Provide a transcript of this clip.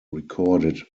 recorded